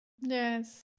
yes